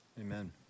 Amen